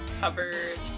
covered